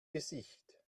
gesicht